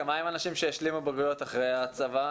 עם האנשים שהשלימו בגרויות אחרי הצבא,